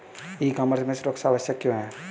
ई commerce में सुरक्षा आवश्यक क्यों है?